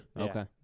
okay